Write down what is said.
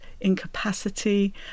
incapacity